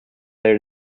their